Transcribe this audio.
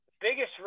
biggest